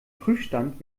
prüfstand